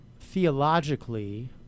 theologically